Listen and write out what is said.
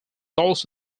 also